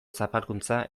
zapalkuntza